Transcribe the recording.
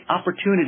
opportunity